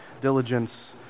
diligence